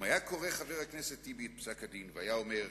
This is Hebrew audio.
אם היה חבר הכנסת טיבי קורא את פסק-הדין והיה אומר,